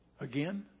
Again